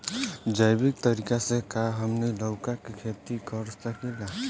जैविक तरीका से का हमनी लउका के खेती कर सकीला?